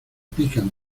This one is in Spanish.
pican